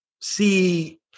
see